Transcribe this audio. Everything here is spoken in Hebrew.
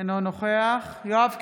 אינו נוכח יואב קיש,